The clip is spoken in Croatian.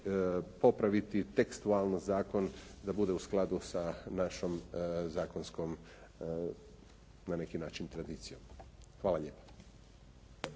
popraviti tekstualno zakon da bude u skladu sa našom zakonskom na neki način tradicijom. Hvala lijepo.